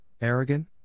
arrogant